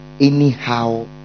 anyhow